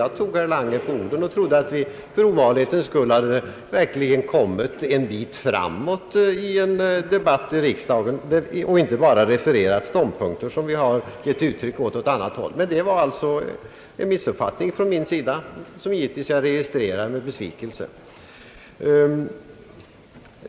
Jag tror herr Lange på orden och trodde att vi för ovanlighetens skull kommit en bit framåt i en debatt i riksdagen och inte bara refererar ståndpunkter som vi givit uttryck åt på annat håll. Det var alltså en missuppfattning från min sida, vilket jag givetvis registrerar med besvikelse.